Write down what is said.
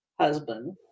husband